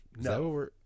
No